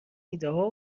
ایدهها